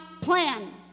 plan